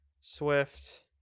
swift